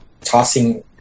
tossing